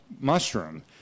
mushroom